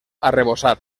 arrebossat